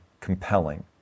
compelling